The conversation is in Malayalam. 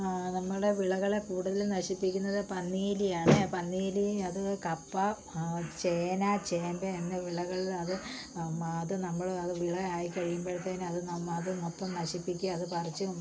നമ്മുടെ വിളകളെ കൂടുതൽ നശിപ്പിക്കുന്നത് പന്നി എലിയാണ് പന്നി എലി അത് കപ്പ ചേന ചേമ്പ് എന്നീ വിളകളിൽ അത് നമ്മൾ വിളയായി കഴിയുമ്പോഴ്ത്തേന് അത് ന അത് മൊത്തം നശിപ്പിക്കും അത് പറിച്ച്